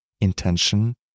intention